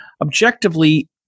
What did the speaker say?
Objectively